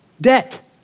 debt